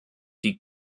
die